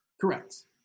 correct